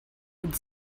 had